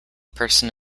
person